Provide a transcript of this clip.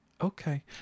okay